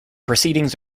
proceedings